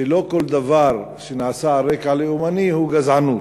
שלא כל דבר שנעשה על רקע לאומני הוא גזענות.